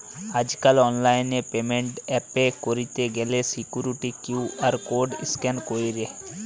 আজকাল online payment এ pay কইরতে গ্যালে সিকুইরিটি কিউ.আর কোড স্ক্যান কইরে